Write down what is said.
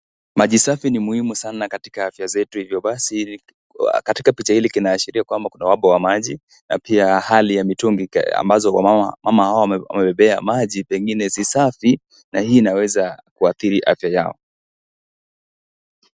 Maji safi ni muhimu sana katika afya zetu, hivyo basi katika picha hili kinaashiria kwamba kuna uhaba wa maji na pia hali ya mitungi ambazo mama hawa wamebeba maji, pengine si safi na hii inaweza kuathiri afya yao .